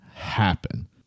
happen